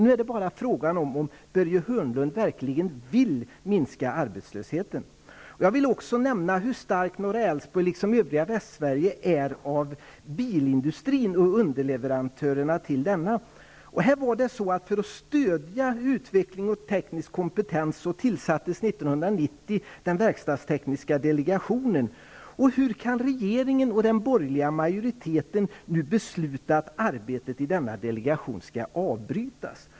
Nu är det bara fråga om ifall Börje Hörnlund verkligen vill minska arbetslösheten. Jag vill också nämna hur starkt beroende norra Älvsborg liksom övriga Västsverige är av bilindustrin och underleverantörerna till denna. För att stödja utvecklingen av teknisk kompetens tillsattes 1990 den verkstadstekniska delegationen. Hur kan regeringen och den borgerliga majoriteten nu besluta att arbetet i denna delegation skall avbrytas?